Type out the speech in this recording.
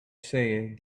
say